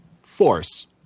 force